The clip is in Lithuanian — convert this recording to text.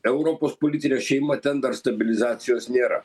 europos politinė šeima ten dar stabilizacijos nėra